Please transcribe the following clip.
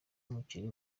w’umukire